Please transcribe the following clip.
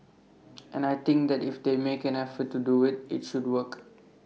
and I think that if they make an effort to do IT it should work